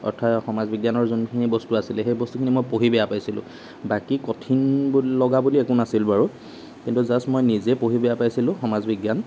অৰ্থাৎ সমাজ বিজ্ঞানৰ যোনখিনি বস্তু আছিলে সেই বস্তুখিনি মই পঢ়ি বেয়া পাইছিলোঁ বাকী কঠিন লগা বুলি একো নাছিল বাৰু কিন্তু জাচ মই নিজেই পঢ়ি বেয়া পাইছিলোঁ সমাজ বিজ্ঞান